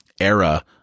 era